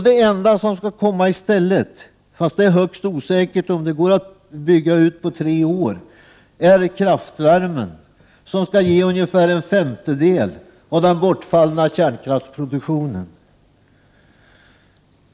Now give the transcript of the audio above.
Det enda som skall komma i stället, fast det är högst osäkert om den går att bygga ut på tre år, är kraftvärmen som skall ge ungefär en femtedel av den bortfallna kärnkraftsproduktionen.